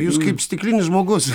jūs kaip stiklinis žmogus